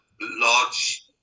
large